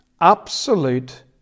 absolute